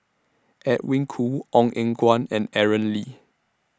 Edwin Koo Ong Eng Guan and Aaron Lee